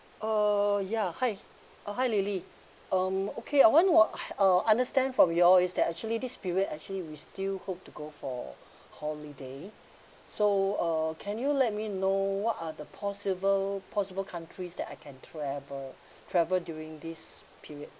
oh ya hi uh hi lily um okay I uh understand from your is that actually this period actually we still hope to go for holiday so uh can you let me know what are the possible possible countries that I can travel travel during this period